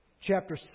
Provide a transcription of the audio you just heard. chapter